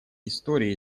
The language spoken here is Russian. историй